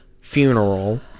funeral